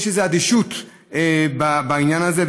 יש איזו אדישות בעניין הזה,